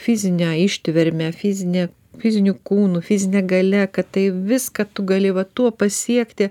fizine ištverme fizini fiziniu kūnu fizine galia kad tai viską tu gali va tuo pasiekti